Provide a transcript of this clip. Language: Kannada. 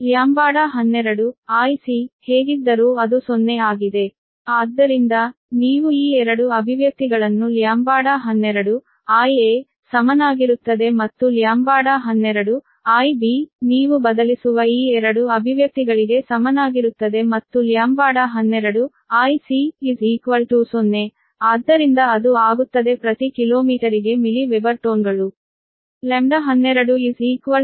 ಆದ್ದರಿಂದ ನೀವು ಈ 2 ಅಭಿವ್ಯಕ್ತಿಗಳನ್ನು λ12 ಸಮನಾಗಿರುತ್ತದೆ ಮತ್ತು λ12 ನೀವು ಬದಲಿಸುವ ಈ 2 ಅಭಿವ್ಯಕ್ತಿಗಳಿಗೆ ಸಮನಾಗಿರುತ್ತದೆ ಮತ್ತು λ12 0 ಸರಿ ಆದ್ದರಿಂದ ಅದು ಆಗುತ್ತದೆ ಎಂದು ಪ್ರತಿ ಕಿಲೋಮೀಟರಿಗೆ ಮಿಲಿ ವೆಬರ್ ಟೋನ್ಗಳು